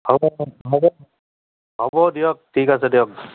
হ'ব দিয়ক ঠিক আছে দিয়ক